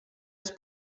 els